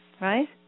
right